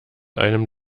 einem